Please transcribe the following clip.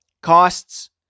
costs